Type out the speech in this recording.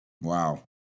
Wow